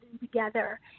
together